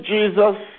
Jesus